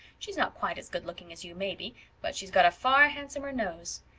she's not quite as goodlooking as you, maybe, but she's got a far handsomer nose.